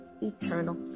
eternal